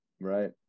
right